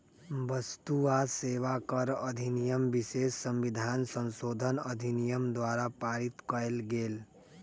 वस्तु आ सेवा कर अधिनियम विशेष संविधान संशोधन अधिनियम द्वारा पारित कएल गेल